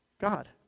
God